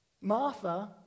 Martha